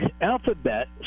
alphabet